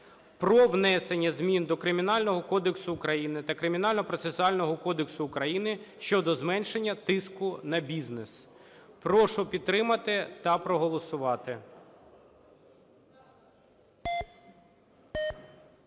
про внесення змін до Кримінального кодексу України та Кримінального процесуального кодексу України щодо зменшення тиску на бізнес. Прошу підтримати та проголосувати.